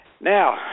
Now